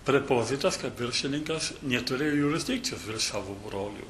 prepozitas kaip viršininkas neturėjo jurisdikcijos virš savo brolių